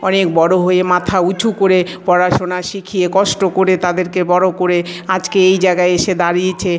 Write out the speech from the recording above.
অনেক বড়ো হয়ে মাথা উঁচু করে পড়াশোনা শিখিয়ে কষ্ট করে তাদেরকে বড়ো করে আজকে এই জায়গায় এসে দাঁড়িইছে